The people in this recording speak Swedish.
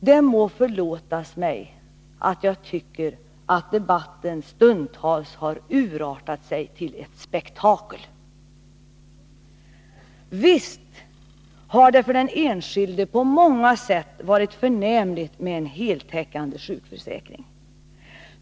Det må förlåtas mig att jag tycker att debatten stundtals har urartat till ett spektakel. Visst har det för den enskilde på många sätt varit förnämligt men en heltäckande sjukförsäkring.